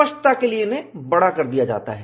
स्पष्टता के लिए उन्हें बड़ा कर दिया जाता है